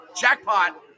jackpot